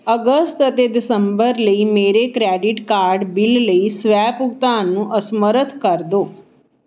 ਅਗਸਤ ਅਤੇ ਦਸੰਬਰ ਲਈ ਮੇਰੇ ਕਰੇਡਿਟ ਕਾਰਡ ਬਿੱਲ ਲਈ ਸਵੈ ਭੁਗਤਾਨ ਨੂੰ ਅਸਮਰੱਥ ਕਰ ਦਿਓ